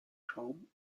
schaum